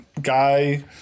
guy